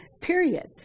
period